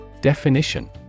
Definition